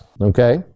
Okay